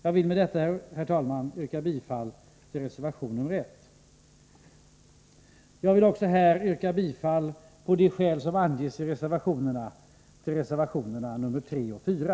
Jag ber med detta, herr talman, att få yrka bifall till reservation 1. Med de skäl som anges i reservationerna 3 och 4 yrkar jag också bifall till dessa.